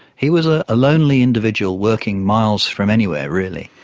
he was a lonely individual working miles from anywhere really.